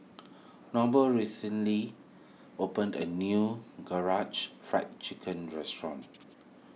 Noble recently opened a new Karaage Fried Chicken restaurant